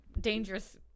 dangerous